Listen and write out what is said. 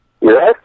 Yes